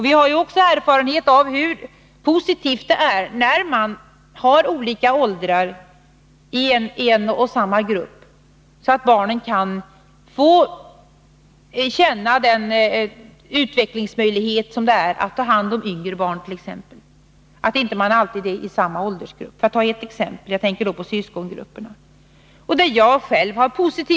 Vi har ju också erfarenhet av hur positivt det är när man har olika åldrar i en och samma grupp, så att barnen kan få känna den möjlighet till utveckling som det innebär att t.ex. ta hand om yngre barn. Jag tänker då på syskongrupperna — för att ta ett exempel.